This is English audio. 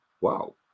wow